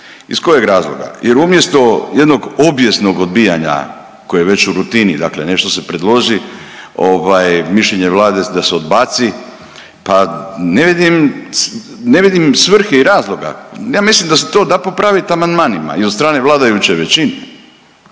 iz kojeg razloga? Jer umjesto jednog obijesnog odbijanja koje je već u rutini, dakle nešto se predloži, ovaj mišljenje Vlade je da se odbaci, pa ne vidim, ne vidim svrhe i razloga, ja mislim da se to da popravit amandmanima i od strane vladajuće većine,